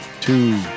two